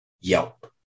yelp